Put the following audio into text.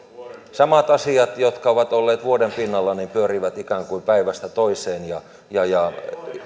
samat asiat jotka ovat olleet vuoden pinnalla pyörivät ikään kuin päivästä toiseen ja